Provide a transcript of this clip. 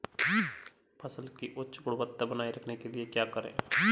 फसल की उच्च गुणवत्ता बनाए रखने के लिए क्या करें?